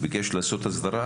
הוא ביקש לעשות הסדרה,